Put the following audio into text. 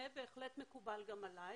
זה בהחלט מקובל גם עליי.